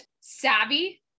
savvy